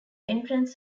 entrance